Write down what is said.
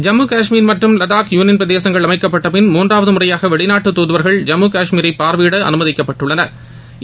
ஜம்மு கஷ்மீர் மற்றும் வடாக் யூனியன்பிரதேசங்கள் அமைக்கப்பட்ட பின் மூன்றாவது முறையாக வெளிநாட்டு தூதுவா்கள் ஜம்மு கஷ்மீரை பாா்வையிட அனுமதிக்கப்பட்டுள்ளனா்